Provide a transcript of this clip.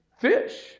fish